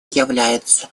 является